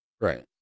Right